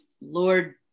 Lord